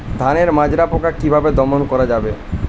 ধানের মাজরা পোকা কি ভাবে দমন করা যাবে?